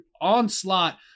onslaught